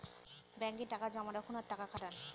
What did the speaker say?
ব্যাঙ্কে টাকা জমা রাখুন আর টাকা খাটান